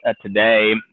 today